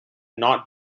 not